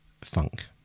funk